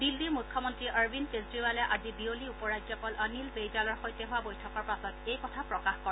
দিল্লীৰ মুখ্যমন্ত্ৰী অৰবিন্দ কেজৰিৱালে আজি বিয়লি উপ ৰাজ্যপাল অনিল বেইজালৰ সৈতে হোৱা বৈঠকৰ পাছত এই কথা প্ৰকাশ কৰে